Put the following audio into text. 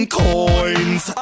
coins